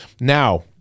Now